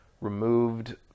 removed